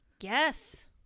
Yes